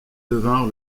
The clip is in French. devinrent